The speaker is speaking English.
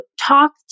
talk